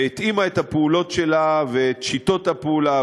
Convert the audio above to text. והתאימה את הפעולות שלה ואת שיטות הפעולה,